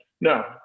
No